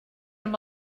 amb